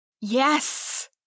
Yes